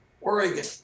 Oregon